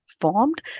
formed